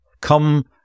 come